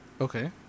Okay